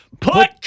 put